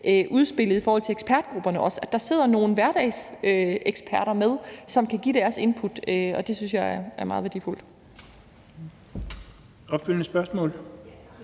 udspillet og også i forhold til ekspertgrupperne, altså at der sidder nogle hverdagseksperter med, som kan give deres input. Det synes jeg er meget værdifuldt.